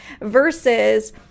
versus